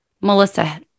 melissa